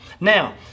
now